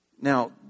Now